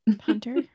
Hunter